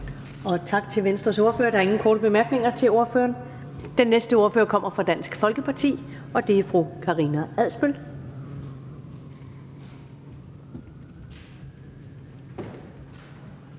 Tak til Venstres ordfører. Der er ingen korte bemærkninger til ordføreren. Den næste ordfører kommer fra Dansk Folkeparti, og det er fru Karina Adsbøl.